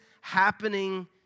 happening